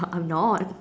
I'm not